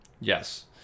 Yes